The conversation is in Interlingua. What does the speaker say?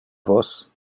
vos